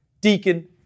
Deacon